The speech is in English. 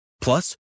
Plus